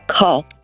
Call